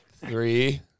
three